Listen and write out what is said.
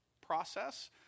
process